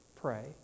pray